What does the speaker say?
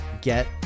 get